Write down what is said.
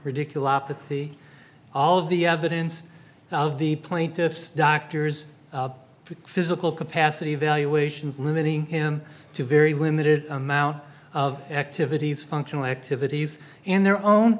ridiculous pathy all of the evidence of the plaintiff's doctors for physical capacity evaluations limiting him to very limited amount of activities functional activities in their own